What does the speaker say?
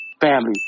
family